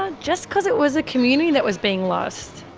ah just because it was a community that was being lost.